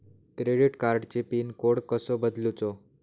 Credit कार्डची pin code कसो बदलुचा?